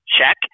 check